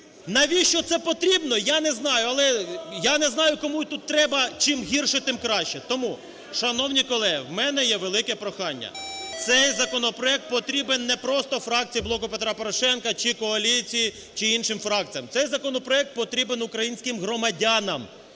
Навіщо це потрібно, я не знаю? Я не знаю, кому тут треба чим гірше, тим краще. Тому, шановні колеги, у мене є велике прохання, цей законопроект потрібен не просто фракції "Блоку Петра Порошенка" чи коаліції, чи іншим фракціям, цей законопроект потрібен українським громадянам,